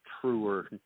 truer